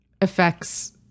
affects